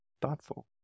Thoughtful